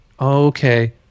okay